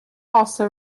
also